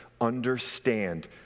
understand